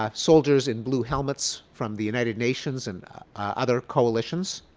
um soldiers in blue helmets from the united nations and other coalitions.